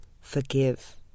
Forgive